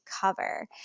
Cover